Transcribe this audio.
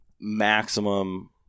maximum